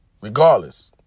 regardless